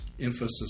emphasis